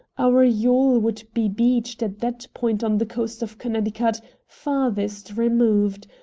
our yawl would be beached at that point on the coast of connecticut farthest removed,